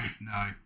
no